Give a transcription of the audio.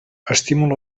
estimula